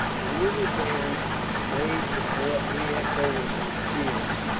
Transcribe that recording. the little band made the fort re-echo with their cheers,